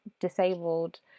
disabled